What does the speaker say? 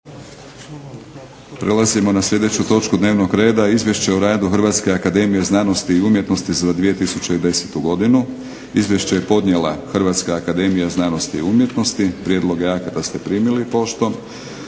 Prelazimo na sljedeću točku dnevnog reda - Izvješće o radu Hrvatske akademije znanosti i umjetnosti za 2010. godinu, Podnositelj: Hrvatska akademija znanosti i umjetnosti. Prijedloge akata ste primili poštom.